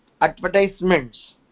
advertisements